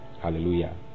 Hallelujah